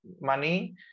Money